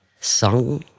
song